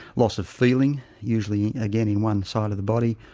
loss of feeling usually again in one side of the body,